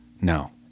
No